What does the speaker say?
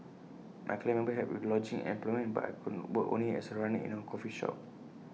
my clan members helped with lodging and employment but I could work only as A runner in A coffee shop